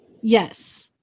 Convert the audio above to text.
Yes